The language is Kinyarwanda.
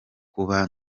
kuba